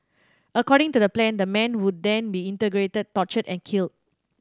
according to the plan the man would then be interrogated tortured and killed